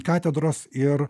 katedros ir